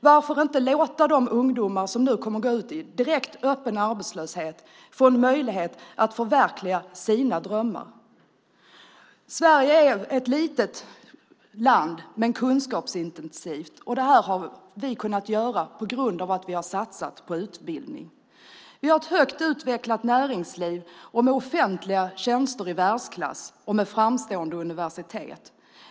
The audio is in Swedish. Varför inte låta de ungdomar som nu kommer att gå ut i direkt öppen arbetslöshet få möjlighet att förverkliga sina drömmar? Sverige är ett litet land men kunskapsintensivt, och det har vi kunnat vara på grund av att vi har satsat på utbildning. Vi har ett högt utvecklat näringsliv, offentliga tjänster i världsklass och framstående universitet.